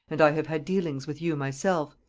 and i have had dealings with you myself,